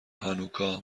هانوکا